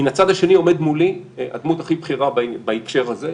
מן הצד השני עומדת מולי הדמות הכי בכירה בהקשר הזה,